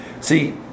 see